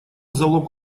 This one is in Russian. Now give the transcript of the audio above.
залог